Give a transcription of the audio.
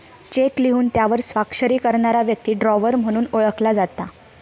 check लिहून त्यावर स्वाक्षरी करणारा व्यक्ती ड्रॉवर म्हणून ओळखलो जाता